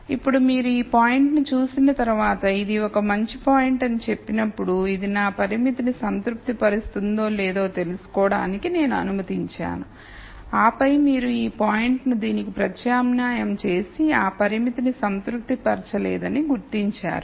ఇప్పుడు మీరు ఈ పాయింట్ను చూసిన తర్వాత ఇది ఒక మంచి పాయింట్ అని చెప్పినప్పుడు ఇది నా పరిమితిని సంతృప్తి పరుస్తుందో లేదో తెలుసుకోవడానికి నేను అనుమతించాను ఆపై మీరు ఈ పాయింట్ను దీనికి ప్రత్యామ్నాయం చేసి ఆ పరిమితిని సంతృప్తిపరచలేదని గుర్తించారు